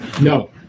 No